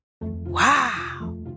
Wow